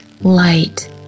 light